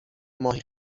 ماهی